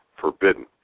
forbidden